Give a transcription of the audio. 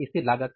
स्थिर लागत